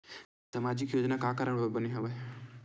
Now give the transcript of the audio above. सामाजिक योजना का कारण बर बने हवे?